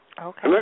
Okay